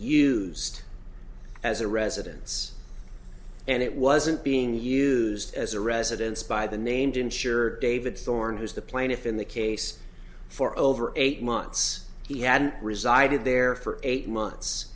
used as a residence and it wasn't being used as a residence by the named insured david thorne who's the plaintiff in the case for over eight months he had resided there for eight months